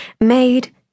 made